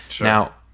Now